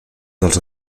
dels